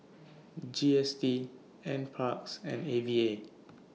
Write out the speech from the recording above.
G S T N Parks and A V A